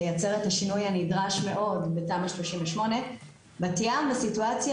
נייצר את השינוי הנדרש מאוד בתמ"א 38. בת ים בסיטואציה